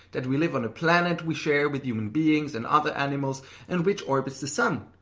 that we live on a planet we share with human beings and other animals and which orbits the sun.